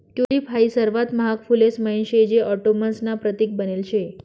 tulip हाई सर्वात महाग फुलेस म्हाईन शे जे ऑटोमन्स ना प्रतीक बनेल शे